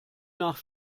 nach